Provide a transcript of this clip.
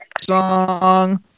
song